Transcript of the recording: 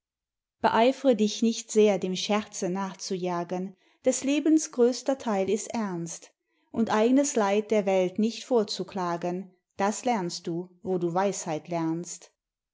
beeifre dich nicht sehr dem scherze nachzujagen des lebens größter teil ist ernst und eignes leid der welt nicht vorzuklagen das lernst du wo du weisheit lernst